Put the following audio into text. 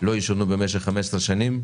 לא ישונו במשך 15 שנים,